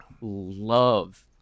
love –